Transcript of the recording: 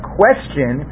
question